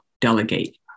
delegate